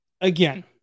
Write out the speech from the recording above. Again